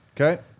Okay